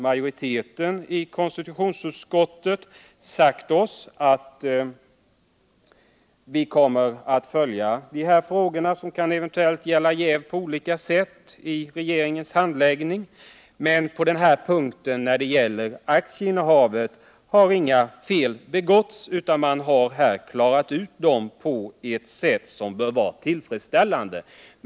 Majoriteten i konstitutionsutskottet har också sagt att vi kommer att följa de frågor där det i regeringens handläggning eventuellt kan uppstå jäv. Inga fel har alltså begåtts när det gäller aktieinnehavet, utan eventuella problem har klarats ut på ett sätt som är helt tillfredsställande.